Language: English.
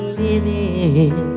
living